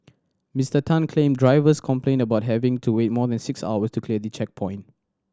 Mister Tan claimed drivers complained about having to wait more than six hours to clear the checkpoint